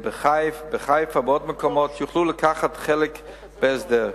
בחיפה ובעוד מקומות, יוכלו לקחת חלק בהסדר.